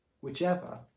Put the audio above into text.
Whichever